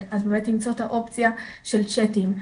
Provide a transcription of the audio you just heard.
אז באמת למצוא את האופציה של צ'אטים,